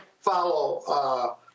follow